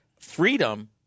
Freedom